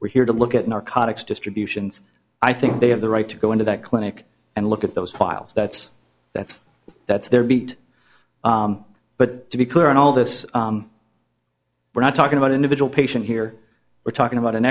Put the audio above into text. we're here to look at narcotics distributions i think they have the right to go into that clinic and look at those files that's that's that's their beat but to be clear on all this we're not talking about individual patient here we're talking about an